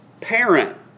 parent